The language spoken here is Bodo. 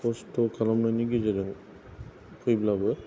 खस्थ' खालामनायनि गेजेरजों फैब्लाबो